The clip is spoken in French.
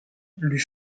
lui